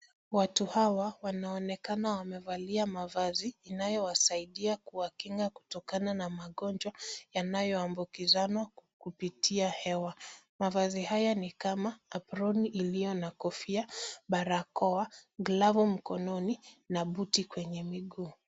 Watu hawa wanaonekana wamevalia mavazi inayowasaidia kuwakinga kutokana na magonjwa yanayoambukizanwa kupitia hewa. Mavazi haya ni kama, aproni iliyo na kofia, barakoa, glavu mikononi, na buti kwenye miguu.